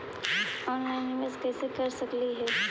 Online निबेस कैसे कर सकली हे?